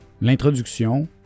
l'introduction